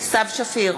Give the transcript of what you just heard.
סתיו שפיר,